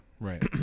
Right